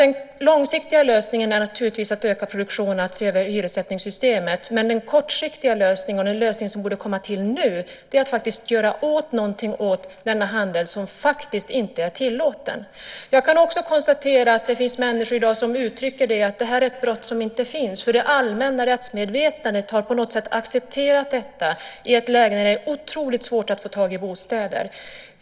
Den långsiktiga lösningen är naturligtvis att öka produktionen och se över hyressättningssystemet, men den kortsiktiga lösningen, och den lösning som borde komma nu, är att faktiskt göra någonting åt denna handel som ju inte är tillåten. Jag kan också konstatera att det finns människor i dag som anser att svarthandeln är ett brott som egentligen inte finns. Det allmänna rättsmedvetandet har på något sätt accepterat den i ett läge när det är oerhört svårt att få tag på bostäder.